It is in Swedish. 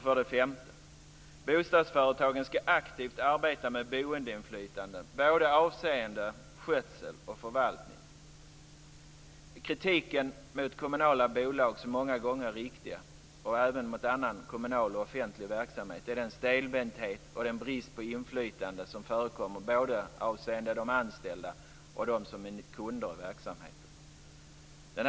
För det femte skall bostadsföretagen aktivt arbeta med boendeinflytande, både avseende skötsel och förvaltning. Kritiken mot kommunala bolag och annan kommunal och offentlig verksamhet är många gånger riktig när det gäller den stelbenthet och den brist på inflytande som förekommer både avseende de anställda och de som är kunder i verksamheten.